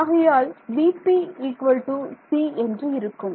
ஆகையால் vp c என்று இருக்கும்